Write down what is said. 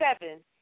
seven